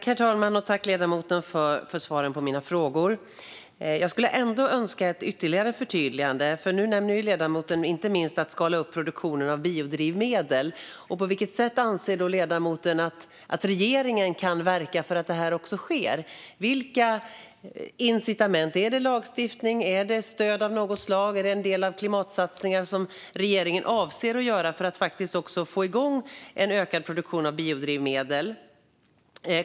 Herr talman! Tack, ledamoten, för svaren på mina frågor! Jag skulle ändå önska ett ytterligare förtydligande, inte minst när det gäller det ledamoten nämnde om att skala upp produktionen av biodrivmedel. På vilket sätt anser ledamoten att regeringen kan verka för att det ska ske? Vilka incitament handlar det om? Är det lagstiftning, är det stöd av något slag eller är det en del av klimatsatsningen som regeringen avser att göra för att få igång en ökad produktion av biodrivmedel?